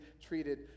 treated